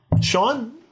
Sean